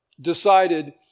decided